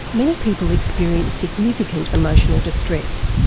many people experience significant emotional distress.